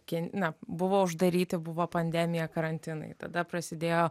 ketina buvo uždaryti buvo pandemija karantinui tada prasidėjo